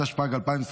התשפ"ג 2023,